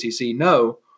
No